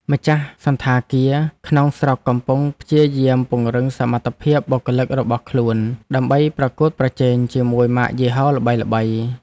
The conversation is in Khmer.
ម្ចាស់សណ្ឋាគារក្នុងស្រុកកំពុងព្យាយាមពង្រឹងសមត្ថភាពបុគ្គលិករបស់ខ្លួន ដើម្បីប្រកួតប្រជែងជាមួយម៉ាកយីហោល្បីៗ។